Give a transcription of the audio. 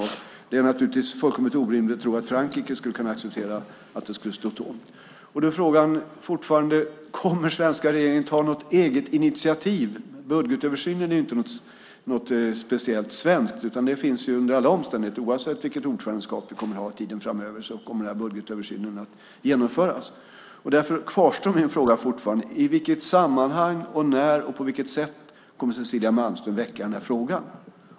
Och det är naturligtvis fullkomligt orimligt att tro att Frankrike skulle acceptera att de skulle stå tomma. Frågan är fortfarande: Kommer den svenska regeringen att ta något eget initiativ? Budgetöversynen är ju inte något speciellt svenskt, utan den genomförs under alla omständigheter. Oavsett vilket ordförandeskap vi kommer att ha tiden framöver kommer budgetöversynen att genomföras. Därför kvarstår min fråga: I vilket sammanhang, när och på vilket sätt kommer Cecilia Malmström att väcka den här frågan?